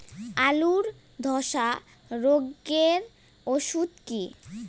আলুর ধসা রোগের ওষুধ কি?